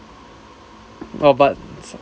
!wah! but